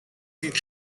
sieht